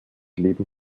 leben